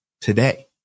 today